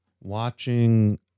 watching